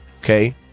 okay